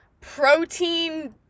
protein-